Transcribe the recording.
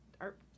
art